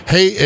Hey